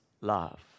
love